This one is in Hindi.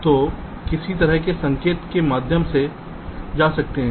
तो किस तरह के संकेत के माध्यम से जा सकते हैं